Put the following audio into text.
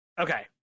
Okay